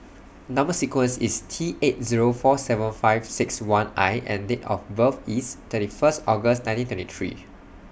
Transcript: Number sequence IS T eight Zero four seven five six one I and Date of birth IS thirty First August nineteen twenty three